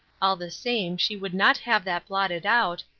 all the same she would not have that blotted out,